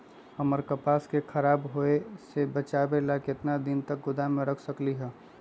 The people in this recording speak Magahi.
हम कपास के खराब होए से बचाबे ला कितना दिन तक गोदाम में रख सकली ह?